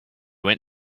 went